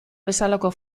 bezalako